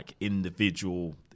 individual